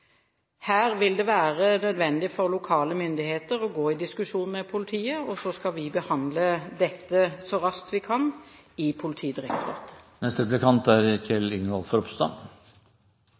Her vil det være nødvendig for lokale myndigheter å gå i diskusjon med politiet, og så skal vi behandle dette så raskt vi kan i Politidirektoratet.